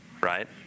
right